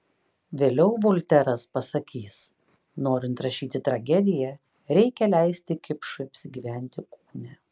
vėliau volteras pasakys norint rašyti tragediją reikia leisti kipšui apsigyventi kūne